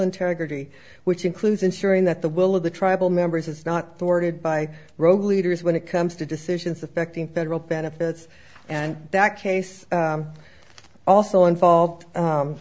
integrity which includes ensuring that the will of the tribal members is not boarded by rogue leaders when it comes to decisions affecting federal benefits and that case also involved